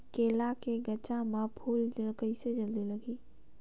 केला के गचा मां फल जल्दी कइसे लगही?